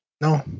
No